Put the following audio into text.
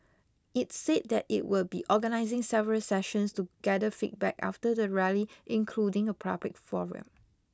it said that it will be organising several sessions to gather feedback after the rally including a public forum